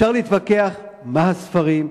אפשר להתווכח מה הספרים,